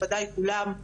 נכבדי כולם.